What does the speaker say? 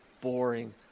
boring